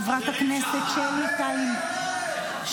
חברת הכנסת שלי טל מירון.